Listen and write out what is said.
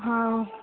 ହେଉ